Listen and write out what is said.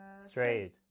Straight